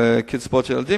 קצבאות ילדים,